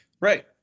Right